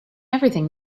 everything